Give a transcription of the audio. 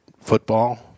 football